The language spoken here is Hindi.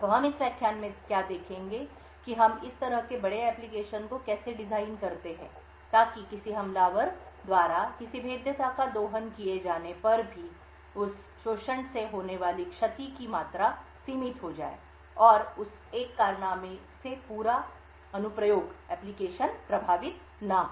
तो हम इस व्याख्यान में क्या देखेंगे कि हम इस तरह के बड़े एप्लिकेशन को कैसे डिज़ाइन करते हैं ताकि किसी हमलावर द्वारा किसी भेद्यता का दोहन किए जाने पर भी उस शोषण से होने वाली क्षति की मात्रा सीमित हो जाए और उस एक कारनामे से पूरा applicationअनुप्रयोग एप्लिकेशन प्रभावित न हो